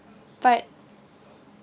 but